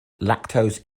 lactose